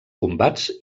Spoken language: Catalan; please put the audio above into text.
combats